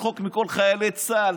צחוק מכל חיילי צה"ל.